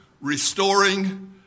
restoring